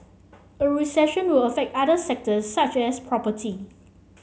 a recession will affect other sectors such as property